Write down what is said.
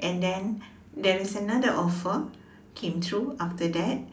and then there is another offer came through after that